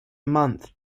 month